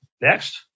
Next